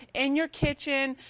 and your kitchen,